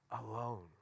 alone